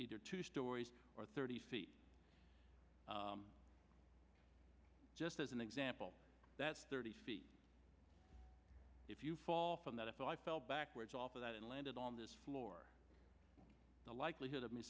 either two stories or thirty feet just as an example that's thirty feet if you fall from that if i fell backwards off of that and landed on this floor the likelihood of me